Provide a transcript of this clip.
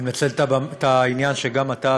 אני מנצל את העניין שגם אתה,